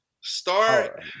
Start